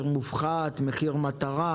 המצב שאתה מתאר,